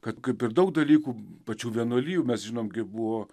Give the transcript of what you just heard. kad kaip ir daug dalykų pačių vienuolijų mes žinom kaip buvo